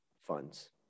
funds